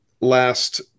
last